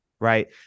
Right